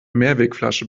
mehrwegflasche